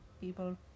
people